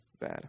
bad